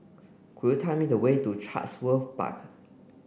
could you tell me the way to Chatsworth Park